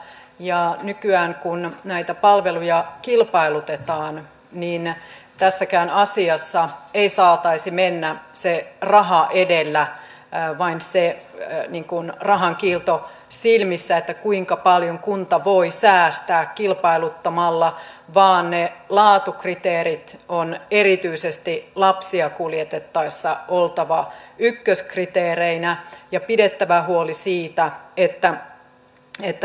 ja nykyään kun näitä palveluja kilpailutetaan niin tässäkään asiassa ei saataisi mennä se raha edellä vain se rahankiilto silmissä että kuinka paljon kunta voi säästää kilpailuttamalla vaan niiden laatukriteereiden on erityisesti lapsia kuljetettaessa oltava ykköskriteereinä ja on pidettävä huoli siitä että